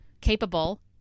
Capable